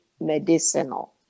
medicinal